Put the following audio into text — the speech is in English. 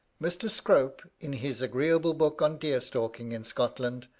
mr. scrope, in his agreeable book on deer-stalking in scotland,